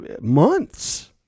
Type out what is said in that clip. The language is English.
months